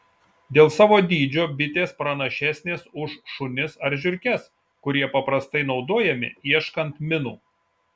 dėl savo dydžio bitės pranašesnės už šunis ar žiurkes kurie paprastai naudojami ieškant minų